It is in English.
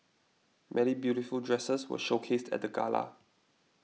many beautiful dresses were showcased at the gala